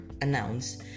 announce